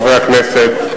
חברי הכנסת,